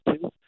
two